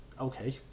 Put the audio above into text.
Okay